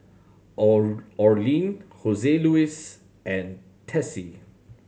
Orlin Joseluis and Tessie